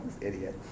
Idiot